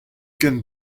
ken